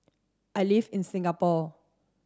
I live in Singapore